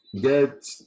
get